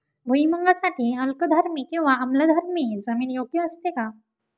भुईमूगासाठी अल्कधर्मी किंवा आम्लधर्मी जमीन योग्य असते का?